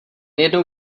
jednou